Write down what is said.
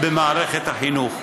במערכת החינוך?